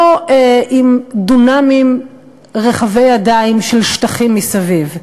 לא עם דונמים רחבי ידיים של שטחים מסביב,